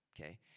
okay